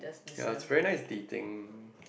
ya is very nice dating